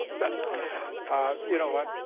that's you know what?